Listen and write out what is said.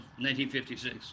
1956